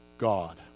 God